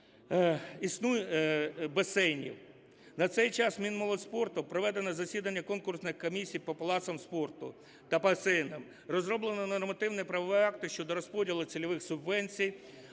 ремонт басейнів. На цей час Мінмолодьспорту проведено засідання конкурсної комісії по палацам спорту та басейнам, розроблено нормативно-правові акти щодо розподілу цільових субвенцій,